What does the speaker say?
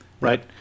right